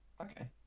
Okay